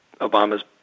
Obama's